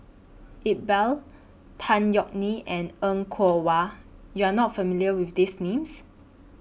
Iqbal Tan Yeok Nee and Er Kwong Wah YOU Are not familiar with These Names